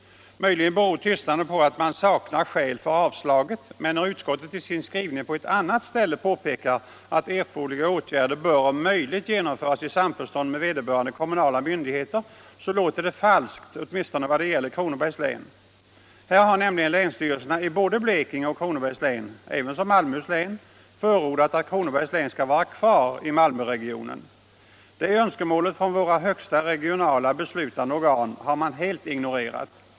Möjligen beror tystnaden på att man saknar skäl för avstyrkandet, men när utskottet i sin skrivning på ett annat ställe påpekar att erforderliga åtgärder bör om möjligt genomföras i samförstånd med vederbörande kommunala myndigheter, så låter det falskt åtminstone i vad gäller Kronobergs län. Här har nämligen länsstyrelserna i både Blekinge län och Kronobergs län. ävensom Malmöhus län, förordat att Kronobergs län skall vara kvar i Malmöregionen. Det önskemålet från våra högsta regionala beslutande organ har man helt ignorerat.